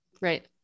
Right